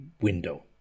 window